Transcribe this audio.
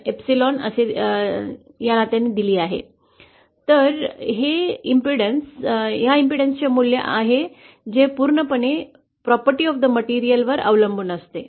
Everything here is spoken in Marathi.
तर हे प्रतिबाधा ची मूल्य आहे जे पूर्णपणे सामग्रीच्या गुणधर्मां वर अवलंबून असते